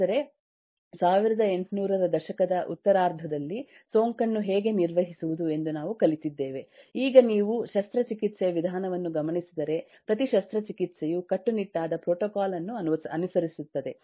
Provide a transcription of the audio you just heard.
ಆದ್ದರಿಂದ 1800 ರ ದಶಕದ ಉತ್ತರಾರ್ಧದಲ್ಲಿ ಸೋಂಕನ್ನು ಹೇಗೆ ನಿರ್ವಹಿಸುವುದು ಎಂದು ನಾವು ಕಲಿತಿದ್ದೇವೆ ಈಗ ನೀವು ಶಸ್ತ್ರಚಿಕಿತ್ಸೆಯ ವಿಧಾನವನ್ನು ಗಮನಿಸಿದರೆ ಪ್ರತಿ ಶಸ್ತ್ರಚಿಕಿತ್ಸೆಯು ಕಟ್ಟುನಿಟ್ಟಾದ ಪ್ರೋಟೋಕಾಲ್ ಅನ್ನು ಅನುಸರಿಸುತ್ತದೆ